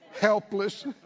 helpless